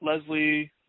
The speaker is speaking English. Leslie